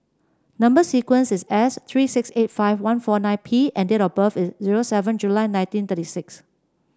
number sequence is S three six eight five one four nine P and date of birth is zero seven July nineteen thirty six